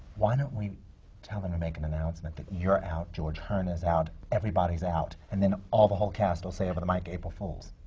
why don't we tell them to make an announcement that you're out, george hearn is out, everybody's out. and then, the whole cast will say over the mike, april fools